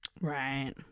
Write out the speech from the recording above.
Right